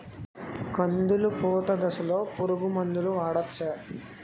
కందులు పూత దశలో పురుగు మందులు వాడవచ్చా?